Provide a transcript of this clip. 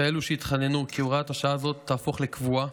כאלו שהתחננו כי הוראת השעה הזאת תהפוך לקבועה,